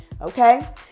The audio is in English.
Okay